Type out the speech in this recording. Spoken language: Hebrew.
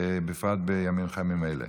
בפרט בימים חמים אלה.